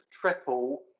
triple